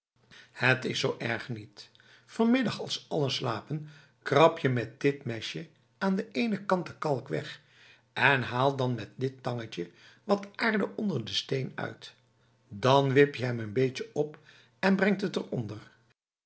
het is zo erg niet vanmiddag als allen slapen krab je met dit mesje aan de ene kant de kalk weg en haal dan met dit tangetje wat aarde onder de steen uit dan wip je hem n beetje op en breng het eronderf